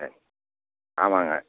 ஆ ஆமாங்க